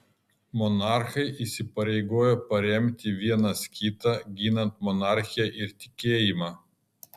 monarchai įsipareigojo paremti vienas kitą ginant monarchiją ir tikėjimą